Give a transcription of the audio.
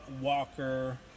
Walker